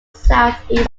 southeast